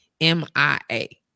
M-I-A